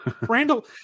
Randall